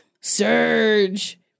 Surge